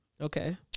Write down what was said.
Okay